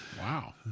Wow